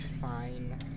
fine